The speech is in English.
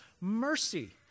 mercy